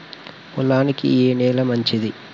పొలానికి ఏ నేల మంచిది?